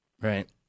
Right